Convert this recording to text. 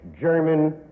German